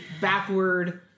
backward